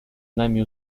нами